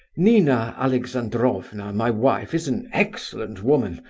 nina alexandrovna my wife, is an excellent woman,